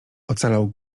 ocalał